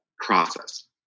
process